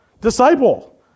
Disciple